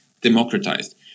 democratized